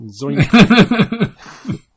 Zoink